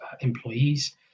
employees